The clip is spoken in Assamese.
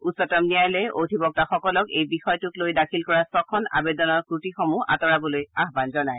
উচ্চতম ন্যায়ালয়ে অধিবক্তাসকলক এই বিষয়টোক লৈ দাখিল কৰা ছখন আৱেদনৰ ক্ৰটিসমূহ আঁতৰাবলৈ আহ্বান জনায়